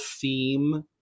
theme